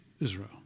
Israel